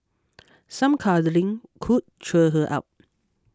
some cuddling could cheer her up